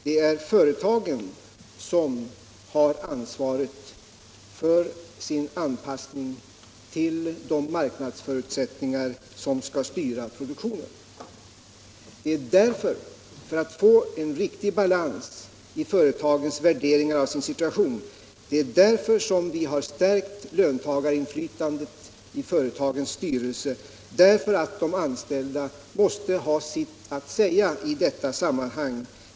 Det är företagen som har ansvaret för sin anpassning till de marknadsförutsättningar som skall styra produktionen. Det är därför — för att få en riktig balans i företagens värderingar av sin situation — som vi har stärkt löntagarinflytandet i företagens styrelser. De anställda måste ha sitt att säga i detta sammanhang.